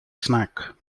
snack